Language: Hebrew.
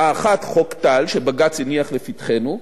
האחת, חוק טל שבג"ץ הניח לפתחנו,